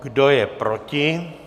Kdo je proti?